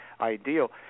ideal